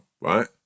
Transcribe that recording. right